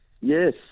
Yes